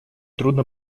трудно